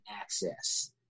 access